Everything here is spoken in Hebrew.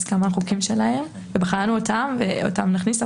כמה חוקים שלהם ובחנו אותם ואותם נכניס.